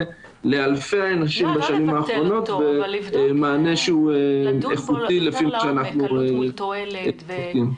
לאלפי אנשים בשנים האחרונות ומענה שהוא איכותי לפי מה שאנחנו יודעים.